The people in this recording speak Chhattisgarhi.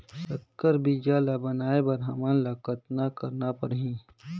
संकर बीजा ल बनाय बर हमन ल कतना करना परही?